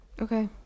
Okay